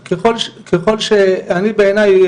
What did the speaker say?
אבל ככל שאני בעיניי,